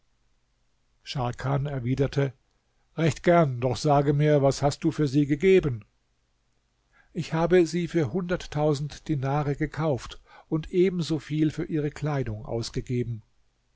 scharkan erwiderte recht gern doch sage mir was hast du für sie gegeben ich habe sie für hunderttausend dinare gekauft und ebenso viel für ihre kleidung ausgegeben